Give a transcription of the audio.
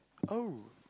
oh